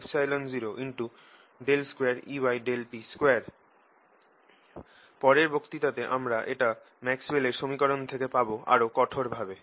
2Eyx2 ∂tBzx µ002Eyt2 পরের বক্তৃতাতে আমরা এটা ম্যাক্সওয়েলের সমীকরণ Maxwells equation থেকে পাবো আরও কঠোর ভাবে